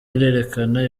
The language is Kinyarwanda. irerekana